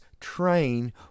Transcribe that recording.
train